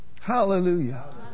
Hallelujah